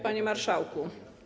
Panie Marszałku!